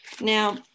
now